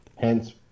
Hence